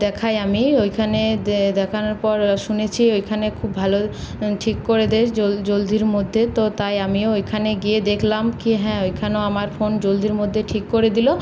দেখাই আমি ওইখানে দে দেখানোর পর শুনেছি ওইখানে খুব ভালো ঠিক করে দেয় জল জলদির মধ্যে তো তাই আমিও ওইখানে গিয়ে দেখলাম কী হ্যাঁ ওইখানেও আমার ফোন জলদির মধ্যে ঠিক করে দিল